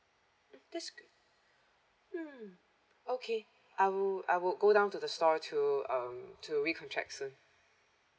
mm that's good hmm okay I will I will go down to the store to um to recontract soon